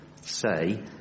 say